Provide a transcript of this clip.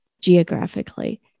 geographically